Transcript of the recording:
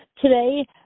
Today